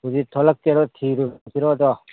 ꯍꯧꯖꯤꯛ ꯊꯣꯛꯂꯛꯀꯦꯔꯣ ꯊꯤꯔꯨꯁꯤꯔꯣ ꯑꯗꯣ